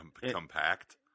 compact